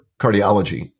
cardiology